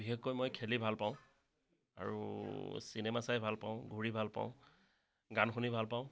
বিশেষকৈ মই খেলি ভাল পাওঁ আৰু চিনেমা চাই ভাল পাওঁ ঘূৰি ভাল পাওঁ গান শুনি ভাল পাওঁ